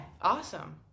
awesome